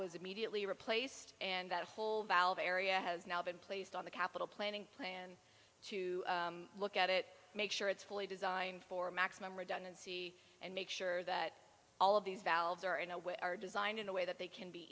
was immediately replaced and that whole valve area has now been placed on the capital planning plan to look at it make sure it's fully designed for maximum redundancy and make sure that all of these valves are in a way are designed in a way that they can be